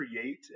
create